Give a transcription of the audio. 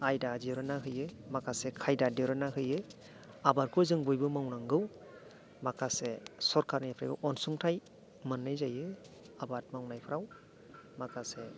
आयदा दिरुन्ना होयो माखासे खायबा दिरुन्ना होयो आबादखौ जों बयबो मावनांगौ माखासे सरकारनिफ्राय अनसुंथाय मोन्नाय जायो आबाद मावनायफ्राव मखासे